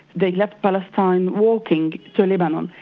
they left palestine walking to lebanon.